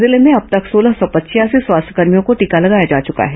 जिले में अब तक सोलह सौ पचयासी स्वास्थ्यकर्मियों को टीका लगाया जा चुका है